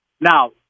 Now